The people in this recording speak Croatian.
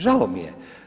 Žao mi je.